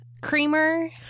creamer